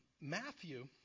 Matthew